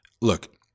look